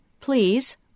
please